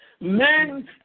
Men